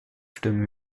stimmen